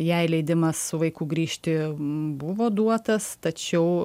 jai leidimas su vaiku grįžti buvo duotas tačiau